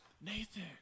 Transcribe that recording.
Nathan